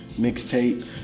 mixtape